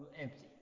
empty